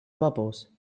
bubbles